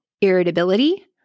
irritability